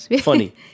Funny